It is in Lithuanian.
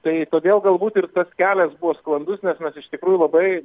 tai todėl galbūt ir tas kelias buvo sklandus nes mes iš tikrųjų labai